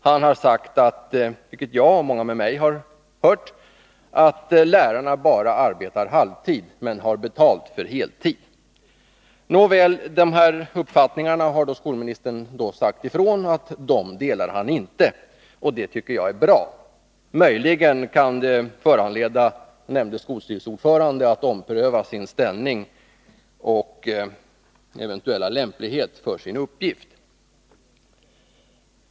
Han har sagt — vilket jag och många med mig har hört — att lärarna bara arbetar halvtid men har betalt för heltid. Nåväl, skolministern har sagt ifrån att han inte delar dessa uppfattningar, och det tycker jag är bra. Möjligen kan det föranleda nämnde skolstyrelseordförande att ompröva sin ställning och eventuella lämplighet för sin uppgift.